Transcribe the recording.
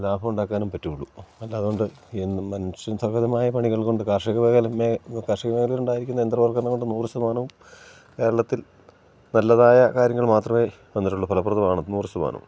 ലാഭമുണ്ടാക്കാനും പറ്റുകയുള്ളു അല്ല അതുകൊണ്ട് എന്നും മനുഷ്യൻ സകലമായ പണികൾ കൊണ്ട് കാർഷിക മേഖലെനെ കാർഷിക മേഖലയിലൊണ്ടായിരിക്കുന്ന യന്ത്രവൽക്കരണം കൊണ്ട് നൂറ് ശമാനവും കേരളത്തിൽ നല്ലതായ കാര്യങ്ങൾ മാത്രമേ വന്നിട്ടുള്ളു ഫലപ്രദവാണ് നൂറ് ശതമാനവും